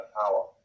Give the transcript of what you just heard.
power